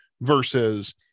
versus